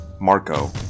Marco